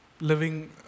living